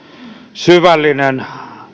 syvällinen